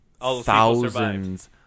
thousands